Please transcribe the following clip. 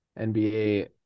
NBA